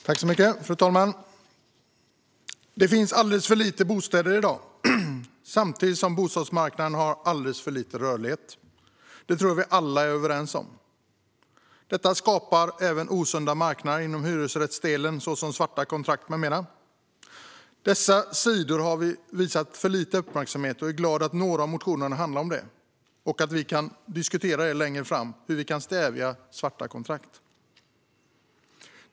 Fru talman! Det finns i dag alldeles för få bostäder samtidigt som bostadsmarknaden har alldeles för lite rörlighet. Det tror jag att vi alla är överens om. Detta skapar även osunda marknader inom hyresrättsdelen som bland annat svarta kontrakt. Dessa sidor har vi visat för lite uppmärksamhet, och jag är glad att några av motionerna handlar om det. Vi kan längre fram diskutera hur vi kan stävja svarta kontrakt.